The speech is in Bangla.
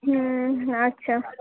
হুম আচ্ছা